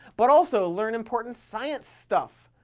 but also learn important science stuff.